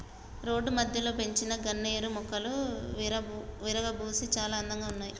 road మధ్యలో పెంచిన గన్నేరు మొక్కలు విరగబూసి చాలా అందంగా ఉన్నాయి